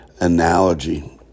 analogy